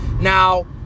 now